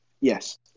Yes